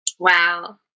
Wow